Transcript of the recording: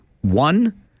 One